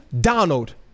Donald